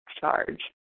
charge